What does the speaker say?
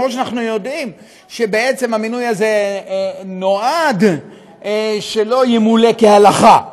אפילו שאנחנו יודעים שבעצם המינוי הזה נועד שלא ימולא כהלכה,